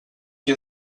qui